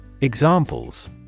Examples